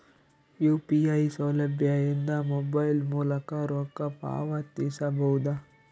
UPI ಸೌಲಭ್ಯ ಇಂದ mobile ಮೂಲಕ ರೊಕ್ಕ ಪಾವತಿಸ ಬಹುದಾ?